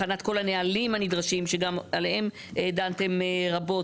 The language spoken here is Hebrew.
הכנת כל הנהלים הנדרשים שגם עליהם דנתם רבות,